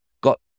got